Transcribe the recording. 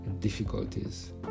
difficulties